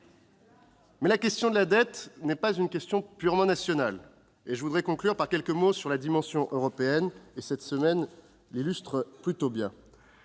Mais la question de la dette n'est pas une question purement nationale. Je voudrais conclure par quelques mots sur la dimension européenne de cette problématique.